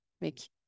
make